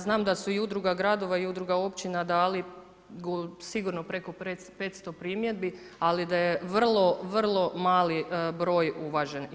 Znam da su i udruga gradova i udruga općina dali sigurno preko 500 primjedbi, ali da je vrlo vrlo mali broj uvaženih.